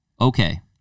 okay